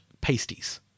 pasties